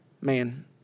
Man